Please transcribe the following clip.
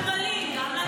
וגם לגמלים, נכון.